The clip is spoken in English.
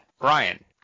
Brian